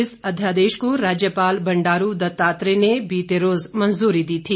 इस अध्यादेश को राज्यपाल बंडारू दत्तात्रेय ने बीते रोज मंजूरी दी थी